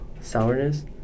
sourness